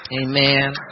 Amen